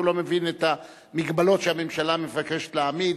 לא מבין את ההגבלות שהממשלה מבקשת להעמיד.